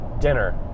dinner